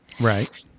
Right